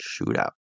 shootout